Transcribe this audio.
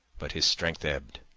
but his strength ebbed,